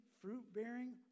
fruit-bearing